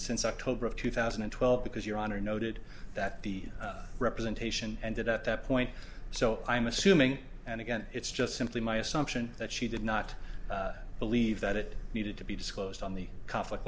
since october of two thousand and twelve because your honor noted that the representation and that at that point so i'm assuming and again it's just simply my assumption that she did not believe that it needed to be disclosed on the conflict